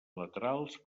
laterals